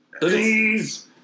Please